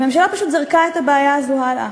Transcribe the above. הממשלה פשוט זרקה את הבעיה הזאת הלאה,